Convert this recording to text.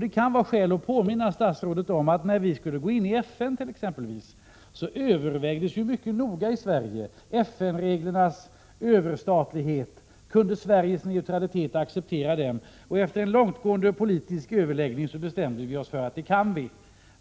Det kan vara skäl att påminna statsrådet om att när vi skulle gå in i FN, övervägdes mycket noga i Sverige om vi med vår neutralitet kunde acceptera FN-reglernas överstatlighet. Efter en långtgående politisk överläggning bestämde vi oss för att vi kunde acceptera den.